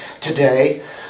today